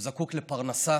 הוא זקוק לפרנסה,